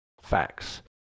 facts